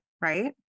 right